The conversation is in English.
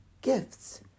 gifts